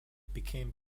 became